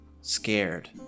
scared